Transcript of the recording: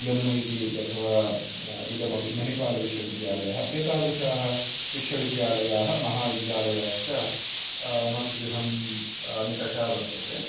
M I T इति अथवा इदमपि मणिपालविश्वविद्यालयः एतादृशाः विश्वविद्यालयाः महाविद्यालयाश्च मद्गृहस्य निकटे वर्तते